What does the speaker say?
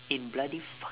in bloody fuck~